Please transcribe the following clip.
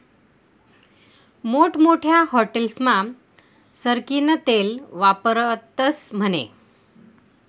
मोठमोठ्या हाटेलस्मा सरकीनं तेल वापरतस म्हने